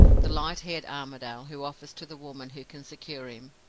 the light-haired armadale, who offers to the woman who can secure him,